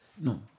no